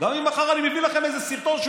גם אם מחר אני מביא לכם איזה סרטון שהוא